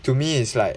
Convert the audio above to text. to me it's like